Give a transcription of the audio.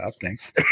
thanks